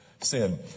sin